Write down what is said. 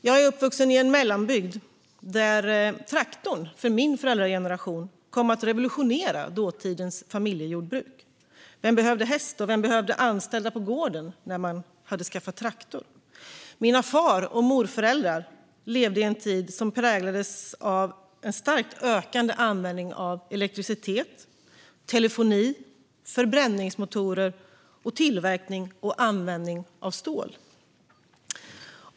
Jag är uppvuxen i en mellanbygd där traktorn för min föräldrageneration kom att revolutionera dåtidens familjejordbruk. Vem behövde häst och anställda på gården när man hade skaffat traktor? Mina far och morföräldrar levde i en tid som präglades av en starkt ökande användning av elektricitet, telefoni, förbränningsmotorer och tillverkning och användning av stål.